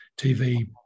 TV